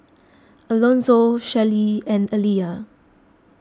Elonzo Shelly and Aliya